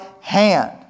hand